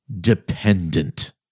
dependent